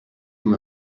from